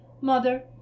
Mother